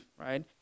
right